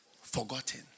forgotten